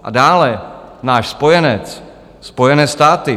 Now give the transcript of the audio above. A dále náš spojenec Spojené státy.